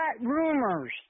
rumors